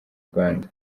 rwanda